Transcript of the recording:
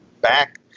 back